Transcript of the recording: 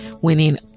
winning